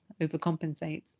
overcompensates